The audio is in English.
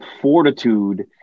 fortitude